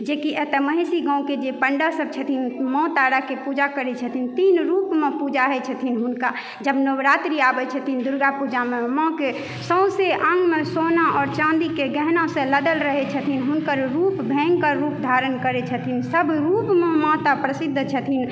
जे कि एतऽ महिषी गाँवके जे पण्डा सब छथिन माँ ताराके पूजा करै छथिन तीन रूपमे पूजा होइ छथिन हुनका जब नवरात्रि आबै छथिन दुर्गा पूजामे माँके सौँसै अङ्गमे सोना आओर चाँदीके गहना से लदल रहै छथिन हुनकर रूप भयंकर रूप धारण करै छथिन सब रूपमे माता प्रसिद्ध छथिन